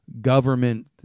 government